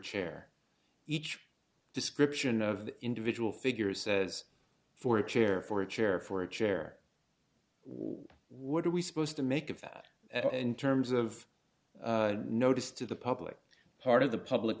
chair each description of the individual figures says for a chair for a chair for a chair what are we supposed to make of that in terms of notice to the public part of the public